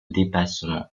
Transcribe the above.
dépassement